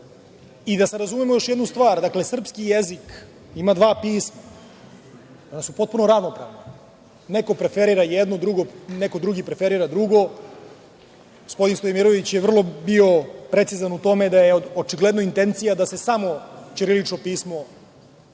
se razumemo još jednu stvar, srpski jezik ima dva pisma. Ona su potpuno ravnopravna. Neko preferira jedno, neko drugi preferira drugo. Gospodin Stojmirović je vrlo bio precizan u tome da je očigledno intencija da se samo ćirilično pismo preferira